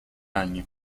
año